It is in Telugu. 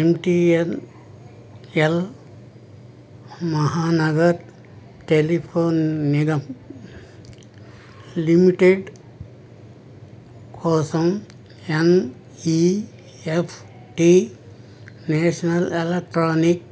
MTL Mahanagar telephone Nigam limited కోసం ఎన్ఈఎఫ్టీ నేషనల్ ఎలక్ట్రానిక్